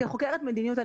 כחוקרת מדיניות,